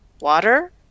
water